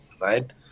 right